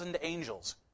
angels